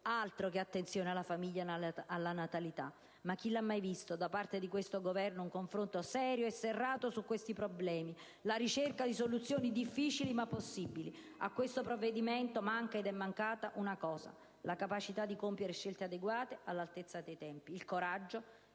Altro che attenzione alla famiglia e alla natalità! Ma chi l'ha mai visto, da parte di questo Governo, un confronto serio e serrato su questi problemi, la ricerca di soluzioni difficili, ma possibili? A questo provvedimento manca ed è mancata una cosa: la capacità di compiere scelte adeguate e all'altezza dei tempi. È mancato